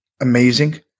Amazing